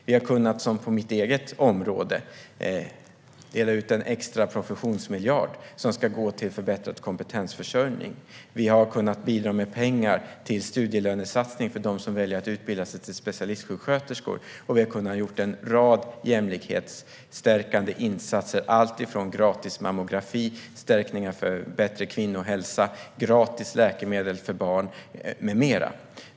På mitt eget område har vi kunnat dela ut en extra professionsmiljard som ska gå till förbättrad kompetensförsörjning. Vi har kunnat bidra med pengar till studielönesatsning för dem som väljer att utbilda sig till specialistsjuksköterskor. Och vi har kunnat göra en rad jämlikhetsstärkande insatser, alltifrån gratis mammografi och bättre kvinnohälsa till gratis läkemedel för barn med mera.